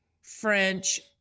French